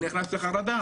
אני נכנס לחרדה.